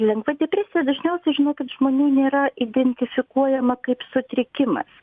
lengva depresija dažniausiai žinokit žmonių nėra identifikuojama kaip sutrikimas